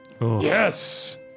Yes